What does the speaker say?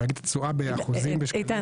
אבל להגיד את התשואה באחוזים בשקלים.